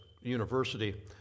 University